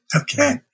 Okay